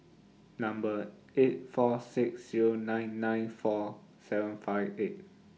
Number eight four six Zero nine nine four seven five eight